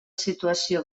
situació